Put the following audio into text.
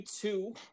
two